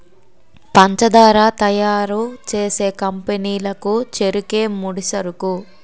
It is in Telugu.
పంచదార తయారు చేసే కంపెనీ లకు చెరుకే ముడిసరుకు